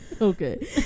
okay